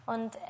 Und